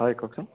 হয় কওকচোন